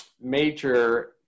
major